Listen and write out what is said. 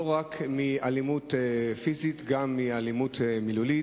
לא רק מאלימות פיזית, גם מאלימות מילולית.